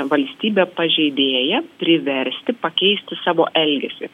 valstybę pažeidėją priversti pakeisti savo elgesį